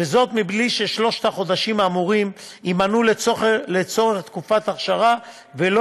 בלי ששלושת החודשים האמורים יימנו לצורך תקופת האכשרה ולא